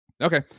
Okay